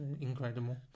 Incredible